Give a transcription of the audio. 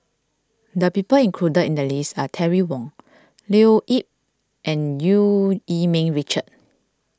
the people included in the list are Terry Wong Leo Yip and Eu Yee Ming Richard